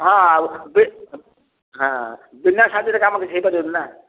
ହଁ ଆଉ ହଁ ବିନା ସାହାଯ୍ୟରେ କାମ କିଛି ହୋଇପାରିବନି ନା